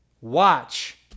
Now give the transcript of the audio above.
watch